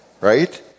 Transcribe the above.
right